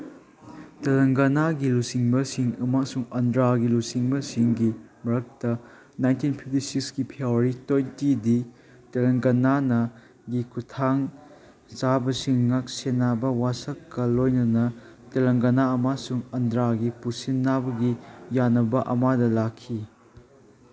ꯇꯦꯂꯪꯒꯅꯥꯒꯤ ꯂꯨꯆꯤꯡꯕꯁꯤꯡ ꯑꯃꯁꯨꯡ ꯑꯟꯙ꯭ꯔꯒꯤ ꯂꯨꯆꯤꯡꯕꯁꯤꯡꯒꯤ ꯃꯔꯛꯇ ꯅꯥꯏꯟꯇꯤꯟ ꯐꯤꯐꯇꯤ ꯁꯤꯛꯁꯀꯤ ꯐꯦꯕꯋꯥꯔꯤ ꯇ꯭ꯋꯦꯟꯇꯤꯗꯤ ꯇꯦꯂꯪꯒꯅꯥꯒꯤ ꯈꯨꯠꯊꯥꯡ ꯆꯥꯕꯁꯤꯡ ꯉꯥꯛ ꯁꯦꯟꯅꯕ ꯋꯥꯁꯛꯀ ꯂꯣꯏꯅꯅ ꯇꯦꯂꯪꯒꯅꯥ ꯑꯃꯁꯨꯡ ꯑꯟꯗ꯭ꯔꯥꯒꯤ ꯄꯨꯁꯤꯟꯅꯕꯒꯤ ꯌꯥꯅꯕ ꯑꯃꯗ ꯂꯥꯛꯈꯤ